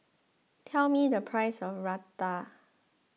tell me the price of Raita